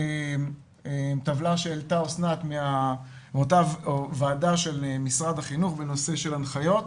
טבלה שהעלתה אסנת מאותה ועדה של משרד החינוך בנושא ההנחיות.